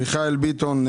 מיכאל ביטון,